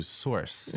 source